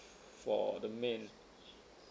for the main